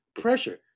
pressure